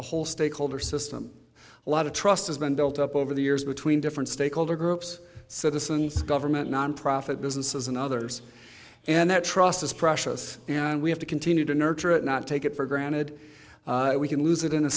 whole stakeholder system a lot of trust has been built up over the years between different stakeholder groups citizens government nonprofit businesses and others and that trust is precious and we have to continue to nurture it not take it for granted we can lose it in a